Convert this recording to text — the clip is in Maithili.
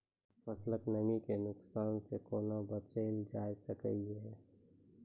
फसलक नमी के नुकसान सॅ कुना बचैल जाय सकै ये?